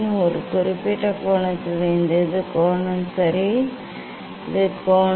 ஒரு குறிப்பிட்ட கோணத்திற்கு இது கோணம் சரி இது கோணம்